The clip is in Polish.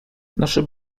nasze